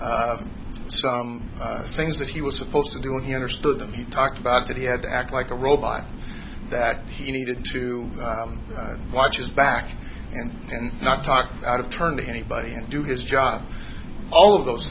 were some things that he was supposed to do and he understood and he talked about that he had to act like a robot that he needed to watch his back and not talk out of turn to anybody and do his job all of those